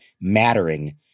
mattering